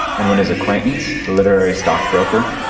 and when his acquaintance, the literary stockbroker,